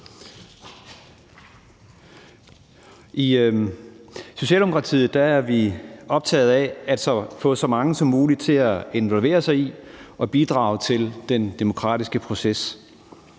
I Socialdemokratiet er vi optaget af at få så mange som muligt til at involvere sig i og bidrage til den demokratiske proces.